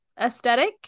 aesthetic